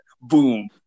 Boom